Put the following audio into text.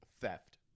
theft